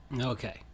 Okay